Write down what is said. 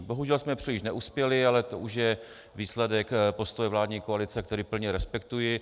Bohužel jsme příliš neuspěli, ale to už je výsledek postoje vládní koalice, který plně respektuji.